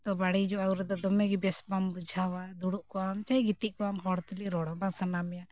ᱛᱚ ᱵᱟᱹᱲᱤᱡᱚᱜᱼᱟ ᱩᱱᱨᱮᱫᱚ ᱫᱚᱢᱮ ᱜᱮ ᱵᱮᱥ ᱵᱟᱢ ᱵᱩᱡᱷᱟᱹᱣᱟ ᱫᱩᱲᱩᱵ ᱠᱚᱜ ᱟᱢ ᱥᱮ ᱜᱤᱛᱤᱡ ᱠᱚᱜ ᱟᱢ ᱦᱚᱲ ᱛᱩᱞᱩᱡ ᱨᱚᱲ ᱦᱚᱸ ᱵᱟᱝ ᱥᱟᱱᱟᱢᱮᱭᱟ